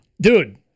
Dude